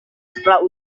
setelah